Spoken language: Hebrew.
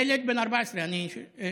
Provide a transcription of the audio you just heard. ילד בן 14, אני חוזר.